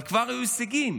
אבל כבר היו הישגים,